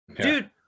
Dude